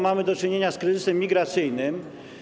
Mamy do czynienia z kryzysem migracyjnym.